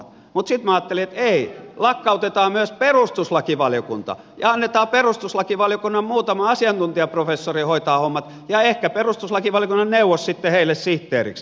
mutta sitten minä ajattelin että ei lakkautetaan myös perustuslakivaliokunta ja annetaan perustuslakivaliokunnan muutaman asiantuntijaprofessorin hoitaa hommat ja ehkä perustuslakivaliokunnan neuvos sitten heille sihteeriksi